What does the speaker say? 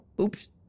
Oops